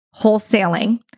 wholesaling